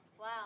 Wow